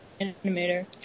animator